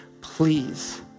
Please